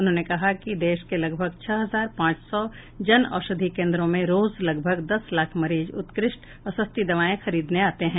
उन्होंने कहा कि देश के लगभग छह हजार पांच सौ जन औषधि केन्द्रों में रोज लगभग दस लाख मरीज उत्कृष्ट और सस्ती दवाएं खरीदने आते हैं